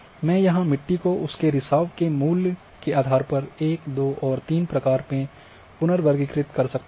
मैं यहां मिट्टी को उसके रिसाव के मूल्य के आधार पर 1 2 और 3 प्रकार में पुनर्वर्गीकृत कर सकता हूं